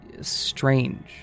strange